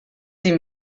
sie